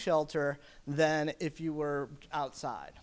shelter than if you were outside